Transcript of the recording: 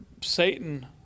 Satan